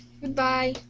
goodbye